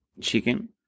chicken